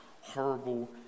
horrible